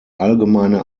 allgemeine